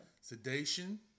Sedation